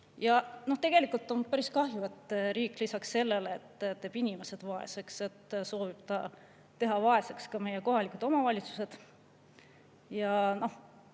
Tegelikult on päris kahju, et riik lisaks sellele, et ta teeb inimesed vaeseks, soovib teha vaeseks ka meie kohalikud omavalitsused. Täna